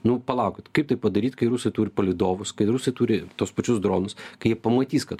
nu palaukit kaip tai padaryt kai rusai turi palydovus kai rusai turi tuos pačius dronus kai jie pamatys kad